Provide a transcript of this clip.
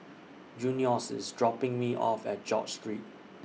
Junious IS dropping Me off At George Street